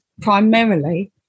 primarily